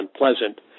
unpleasant